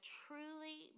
truly